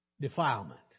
defilement